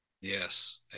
Yes